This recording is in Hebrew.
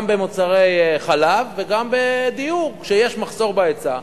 גם במוצרי חלב וגם בדיור: כשיש מחסור בהיצע,